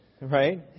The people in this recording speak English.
right